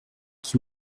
qui